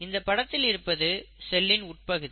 இந்தப் படத்தில் இருப்பது செல்லின் உட்பகுதி